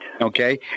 Okay